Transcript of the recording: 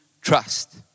trust